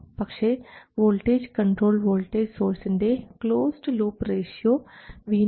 പക്ഷേ voltage controlled voltage സോഴ്സിൻറെ closed loop ratio VoVi 9